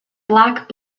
black